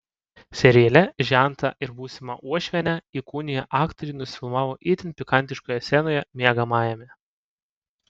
seriale žentą ir būsimą uošvienę įkūniję aktoriai nusifilmavo itin pikantiškoje scenoje miegamajame